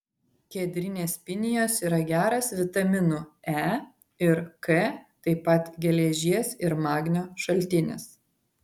kedrinės pinijos yra geras vitaminų e ir k taip pat geležies ir magnio šaltinis